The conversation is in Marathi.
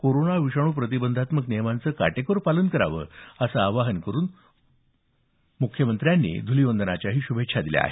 कोरोना विषाणू प्रतिबंधात्मक नियमांचं काटेकोर पालन करावं असं आवाहन करून मुख्यमंत्र्यांनी धूलीवंदनाच्या शूभेच्छा दिल्या आहेत